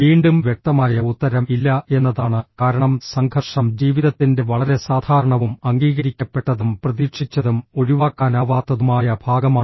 വീണ്ടും വ്യക്തമായ ഉത്തരം ഇല്ല എന്നതാണ് കാരണം സംഘർഷം ജീവിതത്തിന്റെ വളരെ സാധാരണവും അംഗീകരിക്കപ്പെട്ടതും പ്രതീക്ഷിച്ചതും ഒഴിവാക്കാനാവാത്തതുമായ ഭാഗമാണ്